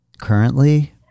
currently